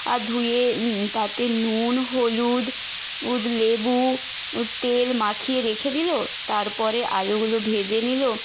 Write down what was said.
আর ধুয়ে তাতে নুন হলুদ উদ লেবু তেল মাখিয়ে রেখে দিলো তারপরে আলুগুলো ভেজে নিলো